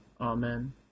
Amen